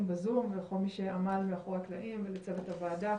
בזום ולכל מי שעמל מאחורי הקלעים ולצוות הוועדה,